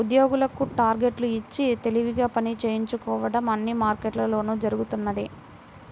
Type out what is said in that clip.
ఉద్యోగులకు టార్గెట్లు ఇచ్చి తెలివిగా పని చేయించుకోవడం అన్ని మార్కెట్లలోనూ జరుగుతున్నదే